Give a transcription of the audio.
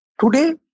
Today